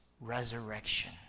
resurrection